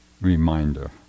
reminder